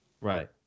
Right